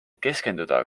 keskenduda